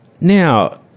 Now